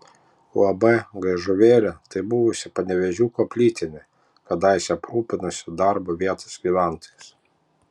uab gaižuvėlė tai buvusi panevėžiuko plytinė kadaise aprūpinusi darbu vietos gyventojus